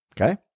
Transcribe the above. okay